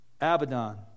Abaddon